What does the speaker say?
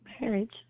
marriage